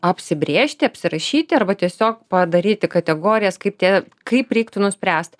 apsibrėžti apsirašyti arba tiesiog padaryti kategorijas kaip tie kaip reiktų nuspręst